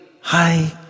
Hi